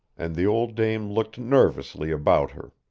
and the old dame looked nervously about her.